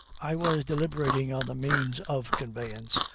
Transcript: i was deliberating on the means of conveyance,